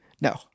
No